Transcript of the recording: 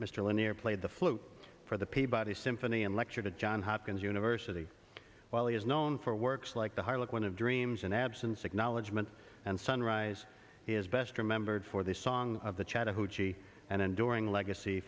mr linear played the flute for the peabody symphony and lectured at john hopkins university wiley is known for works like the harlequin of dreams an absence acknowledgment and sunrise is best remembered for the song of the chattahoochee and enduring legacy